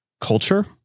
culture